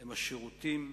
הם השירותים,